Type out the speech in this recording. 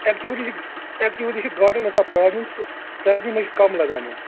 actually چھِ actually چھِ گاڈن گژھان پرٛابلِم سردی منٛز چھِ کَم لَگان یِم